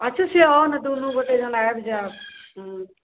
अच्छा से आउ ने दुनू गोटे जहन आयब जायब हूँ